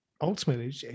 ultimately